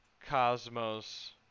cosmos